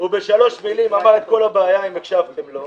כי הוא בשלוש מילים אמר את כל הבעיה אם הקשתם לו.